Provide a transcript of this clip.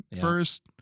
first